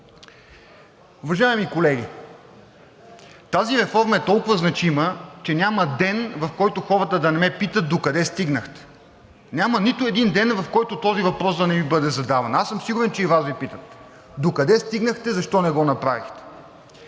Уважаеми колеги, тази реформа е толкова значима, че няма ден, в който хората да не ме питат: „Докъде стигнахте?“ Няма нито един ден, в който този въпрос да не ми бъде задаван. Аз съм сигурен, че и Вас Ви питат: „Докъде стигнахте? Защо не го направихте?“